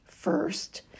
first